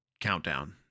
countdown